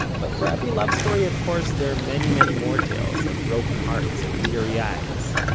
but for every love story, of course, there are many many more tales of broken hearts and teary eyes.